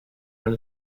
real